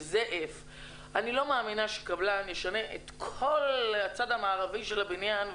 הוא יגיד שזה F. אני לא מאמינה שקבלן ישנה את כול הצד המערבי של הבניין,